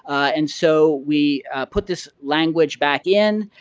and so, we put this language back in.